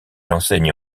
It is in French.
enseigne